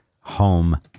home